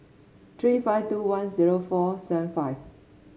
three five two one zero four seven five